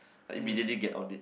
like immediately get audit